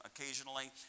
occasionally